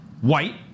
white